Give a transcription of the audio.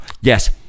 yes